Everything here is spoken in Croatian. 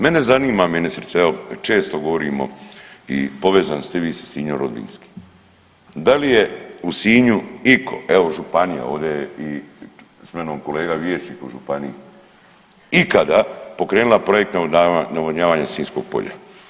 Mene zanima ministrice, evo često govorimo i povezani ste vi sa Sinjom rodbinski, da li je u Sinju iko, evo županija, ovdje je i s menom i kolega vijećnik u županiji, ikada pokrenula projekt navodnjavanja Sinjskog polja?